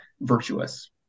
virtuous